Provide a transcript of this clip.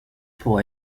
pour